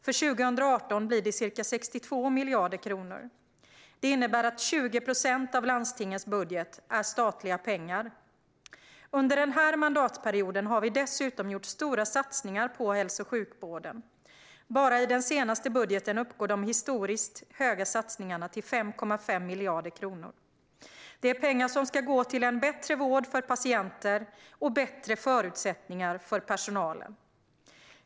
För 2018 blir det ca 62 miljarder kronor. Det innebär att 20 procent av landstingens budget är statliga pengar. Under den här mandatperioden har vi dessutom gjort stora satsningar på hälso och sjukvården. Bara i den senaste budgeten uppgår de historiskt stora satsningarna till 5,5 miljarder kronor. Det är pengar som ska gå till en bättre vård för patienter och bättre förutsättningar för personalen.